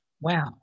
Wow